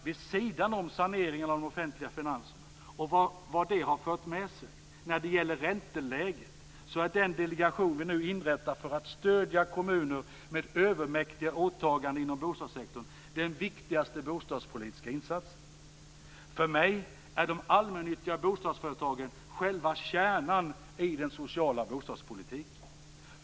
Vid sidan av saneringen av de offentliga finanserna och vad det har fört med sig när det gäller ränteläget är den delegation vi nu inrättar för att stödja kommuner med övermäktiga åtaganden inom bostadssektorn den viktigaste bostadspolitiska insatsen. För mig är de allmännyttiga bostadsföretagen själva kärnan i den sociala bostadspolitiken.